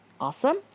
Awesome